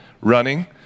running